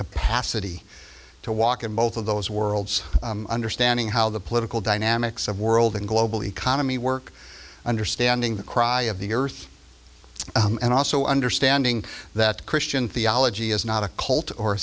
capacity to walk in both of those worlds understanding how the political dynamics of world and global economy work understanding the cry of the earth and also understanding that christian theology is not a cult or